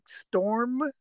storm